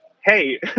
hey